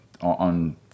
on